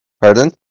Pardon